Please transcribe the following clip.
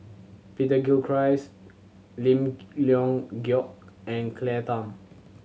Peter Gilchrist Lim Leong Geok and Claire Tham